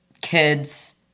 kids